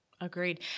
Agreed